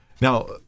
Now